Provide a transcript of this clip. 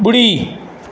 ॿुड़ी